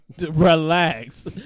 relax